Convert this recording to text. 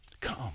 Come